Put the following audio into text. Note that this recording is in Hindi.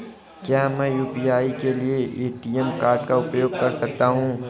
क्या मैं यू.पी.आई के लिए ए.टी.एम कार्ड का उपयोग कर सकता हूँ?